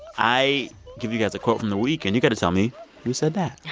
i give you guys a quote from the week, and you got to tell me who said that yeah